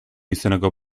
izeneko